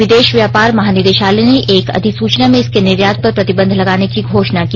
विदेश व्यापार महानिदेशालय ने एक अधिसूचना में इसके निर्यात पर प्रतिबंध लगाने की घोषणा की